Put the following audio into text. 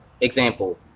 example